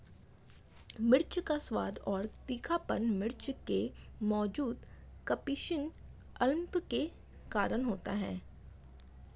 मिर्च का स्वाद और तीखापन मिर्च में मौजूद कप्सिसिन अम्ल के कारण होता है